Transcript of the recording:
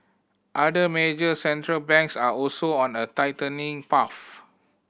other major Central Banks are also on a tightening path